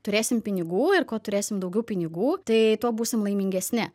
turėsim pinigų ir kuo turėsim daugiau pinigų tai tuo būsim laimingesni